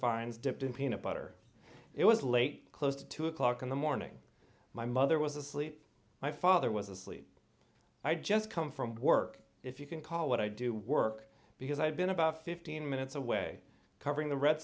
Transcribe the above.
finds dipped in peanut butter it was late close to two o'clock in the morning my mother was asleep my father was asleep i had just come from work if you can call what i do work because i had been about fifteen minutes away covering the red